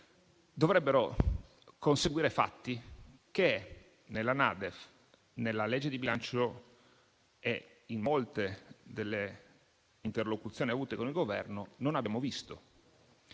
dovrebbero conseguire fatti che, nella NADEF, nella legge di bilancio e in molte delle interlocuzioni che abbiamo avuto con il Governo, non abbiamo visto.